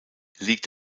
liegt